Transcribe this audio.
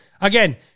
again